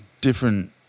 different